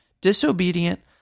disobedient